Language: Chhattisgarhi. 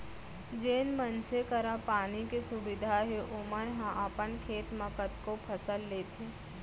जेन मनसे करा पानी के सुबिधा हे ओमन ह अपन खेत म कतको फसल लेथें